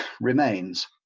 remains